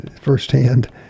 firsthand